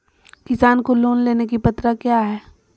किसान को लोन लेने की पत्रा क्या है?